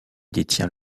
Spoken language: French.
détient